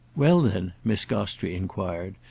well then, miss gostrey enquired,